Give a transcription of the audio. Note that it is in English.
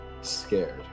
scared